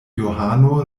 johano